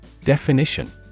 Definition